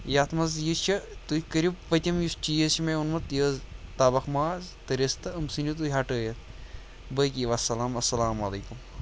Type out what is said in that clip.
یَتھ منٛز یہِ چھِ تُہۍ کٔرِو پٔتِم یُس چیٖز چھِ مےٚ اوٚنمُت یہِ تَبکھ ماز تہٕ رِستہٕ یِم ژھٕنِو تُہۍ ہَٹٲیِتھ بٲقٕے وَسَلام اَسَلامُ علیکُم